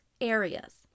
areas